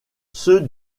ceux